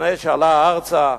לפני שעלה ארצה,